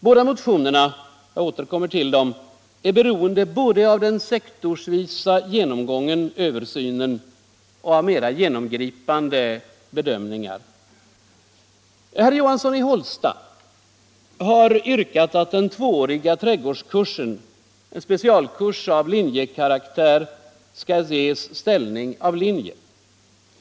Båda motionerna är beroende såväl av den sektorsvisa genomgången och översynen som av mera övergripande bedömningar. Herr Johansson i Hållsta har yrkat att den tvååriga trädgårdskursen — en specialkurs med linjekaraktär — skall ges ställning som linje.